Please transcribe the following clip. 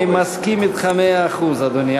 אני מסכים אתך במאה אחוז, אדוני.